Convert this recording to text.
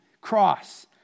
cross